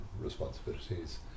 responsibilities